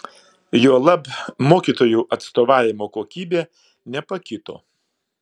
juolab mokytojų atstovavimo kokybė nepakito